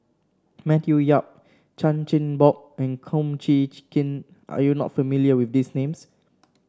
Matthew Yap Chan Chin Bock and Kum Chee Chee Kin are you not familiar with these names